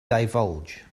divulge